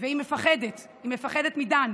והיא מפחדת מדן.